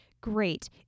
great